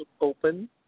open